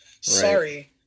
sorry